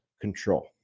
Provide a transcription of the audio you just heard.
control